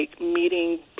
meeting